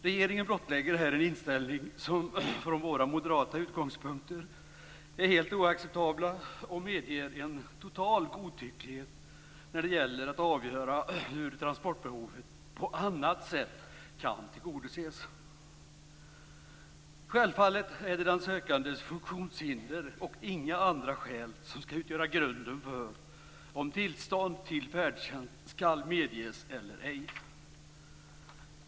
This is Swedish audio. Regeringen blottlägger här en inställning som från våra moderata utgångspunkter är helt oacceptabel och medger en total godtycklighet när det gäller att avgöra hur transportbehovet på annat sätt kan tillgodoses. Självfallet är det den sökandes funktionshinder och inga andra skäl som skall utgöra grunden för om tillstånd till färdtjänst skall medges eller ej.